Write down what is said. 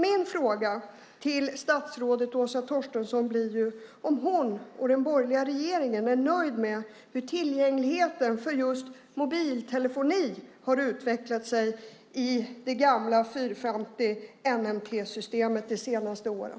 Min fråga till statsrådet Åsa Torstensson blir om hon och den borgerliga regeringen är nöjda med hur tillgängligheten till just mobiltelefoni har utvecklats sig i det gamla NMT 450-systemet de senaste åren.